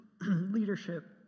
leadership